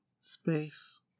Space